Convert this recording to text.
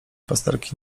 pasterki